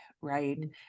right